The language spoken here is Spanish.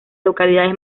localidades